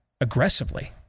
aggressively